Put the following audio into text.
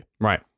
right